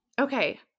Okay